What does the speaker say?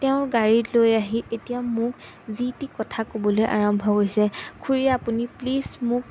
তেওঁৰ গাড়ীত লৈ আহি এতিয়া মোক যি টি কথা ক'বলৈ আৰম্ভ হৈছে খুৰী আপুনি প্লিজ মোক